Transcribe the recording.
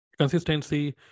consistency